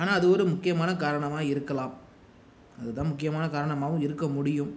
ஆனால் அது ஒரு முக்கியமான காரணமாக இருக்கலாம் அதுதான் முக்கியமான காரணமாகவும் இருக்க முடியும்